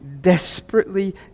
desperately